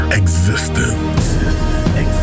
existence